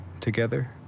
together